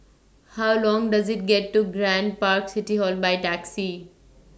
How Long Does IT get to Grand Park City Hall By Taxi